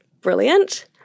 brilliant